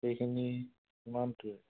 সেইখিনি সিমানটোৱে